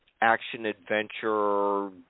action-adventure